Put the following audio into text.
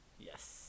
Yes